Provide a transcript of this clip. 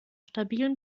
stabilen